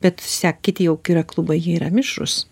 bet se kiti jauk yra klubai jie yra mišrūs